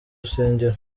rusengero